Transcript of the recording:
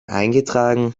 eingetragen